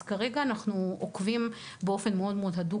אז כרגע אנחנו עוקבים באופן מאוד הדוק